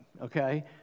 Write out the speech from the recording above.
Okay